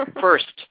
first